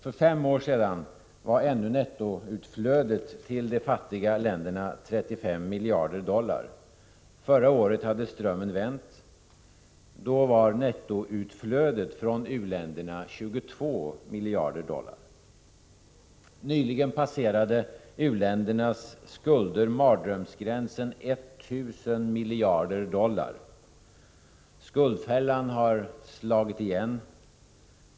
För fem år sedan var ännu nettoutflödet till de fattiga länderna 35 miljarder dollar. Förra året hade strömmen vänt. Då var nettoutflödet från u-länderna 22 miljarder dollar. Nyligen passerade u-ländernas skulder mardrömsgränsen 1 000 miljarder dollar. Skuldfällan har slagit igen.